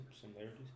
similarities